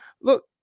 look